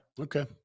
Okay